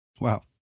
Wow